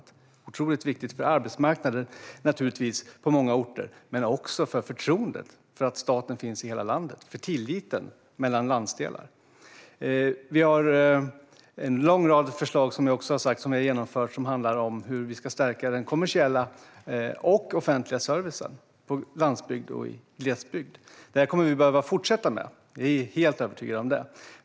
Det är otroligt viktigt för arbetsmarknaden på många orter, naturligtvis, men också för förtroendet för att staten finns i hela landet och för tilliten mellan landsdelar. Som jag har sagt har vi även genomfört en lång rad förslag som handlar om hur vi ska stärka den kommersiella och offentliga servicen på landsbygd och i glesbygd. Detta kommer vi att behöva fortsätta med; det är jag helt övertygad om.